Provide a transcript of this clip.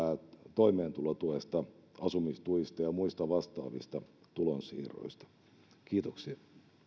toimeentulotuesta asumistuista ja muista vastaavista tulonsiirroista kiitoksia